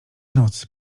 noc